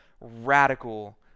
radical